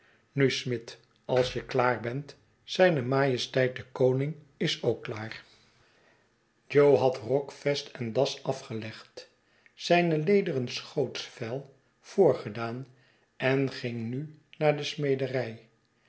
nu smid als je klaar bent zijne majesteit de koning is ook klaar pumblechook is zeer gastvrij jo had rok vest en das afgelegd zijn lederen schootsvel voorgedaan en ging nu naar de smederij